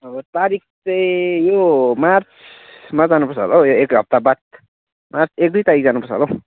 अब तारिख चाहिँ यो मार्चमा जानु पर्छ होला हौ यो एक हप्ताबाद मार्च एक दुई तारिख जानुपर्छ होला हौ